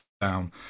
down